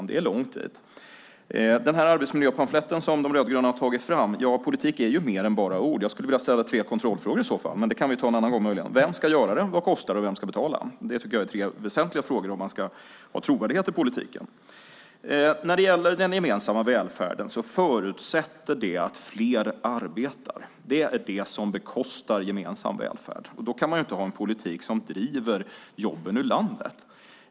Det är långt dit. Beträffande den arbetsmiljöpamflett som De rödgröna tagit fram vill jag säga att politik är mer än bara ord. Jag skulle i så fall vilja ställa tre kontrollfrågor, men den debatten kan vi möjligen ta en annan gång, nämligen: Vem ska göra det? Vad kostar det? Vem ska betala? Det tycker jag är tre väsentliga frågor om man ska ha trovärdighet i politiken. När det gäller den gemensamma välfärden förutsätter det att fler arbetar. Det är det som bekostar gemensam välfärd. Då kan man inte ha en politik som driver jobben ut ur landet.